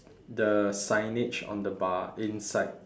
the signage on the bar inside